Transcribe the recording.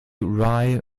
rye